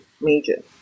major